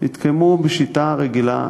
הן התקיימו בשיטה רגילה,